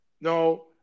no